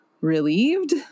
relieved